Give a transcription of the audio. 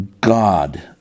God